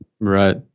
Right